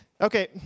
Okay